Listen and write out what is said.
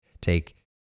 take